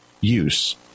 use